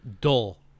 dull